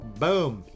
boom